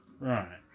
Right